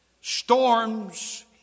storms